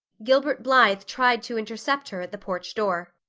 gilbert blythe tried to intercept her at the porch door.